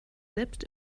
selbst